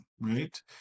Right